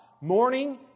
morning